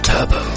Turbo